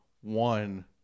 One